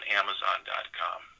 amazon.com